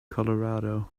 colorado